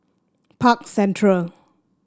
Park Central